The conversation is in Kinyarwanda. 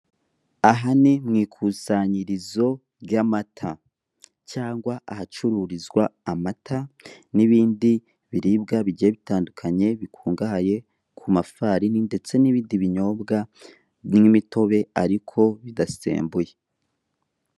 Aha ni mu ikusanyirizo ry'amata, cyangwa ahacururizwa amata n'ibindi biribwa bigiye bitandukanye bikungahaye ku mafarini ndetse n'ibindi binyobwa nk'imitobe ariko bidasembuye.